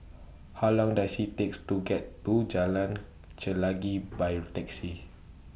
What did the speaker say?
How Long Does IT takes to get to Jalan Chelagi By Taxi